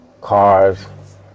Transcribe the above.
Cars